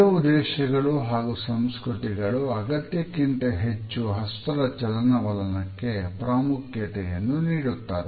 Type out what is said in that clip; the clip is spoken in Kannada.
ಕೆಲವು ದೇಶಗಳು ಹಾಗೂ ಸಂಸ್ಕೃತಿಗಳು ಅಗತ್ಯಕ್ಕಿಂತ ಹೆಚ್ಚು ಹಸ್ತದ ಚಲನವಲನಕ್ಕೆ ಪ್ರಾಮುಖ್ಯತೆಯನ್ನು ನೀಡುತ್ತದೆ